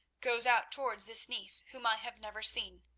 goes out towards this niece whom i have never seen,